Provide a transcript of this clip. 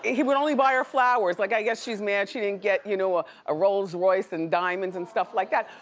he would only buy her flowers. like, i guess she's mad she didn't get you know a rolls royce and diamonds and stuff like that.